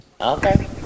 okay